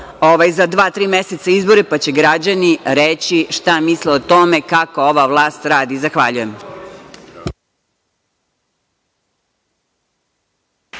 dva, tri meseca izbore, pa će građani reći šta misle o tome kako ova vlast radi. Zahvaljujem.